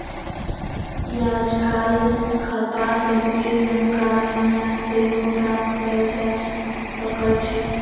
याजकाल खता सभके जानकारी ऑनलाइन सेहो प्राप्त कयल जा सकइ छै